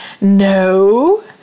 No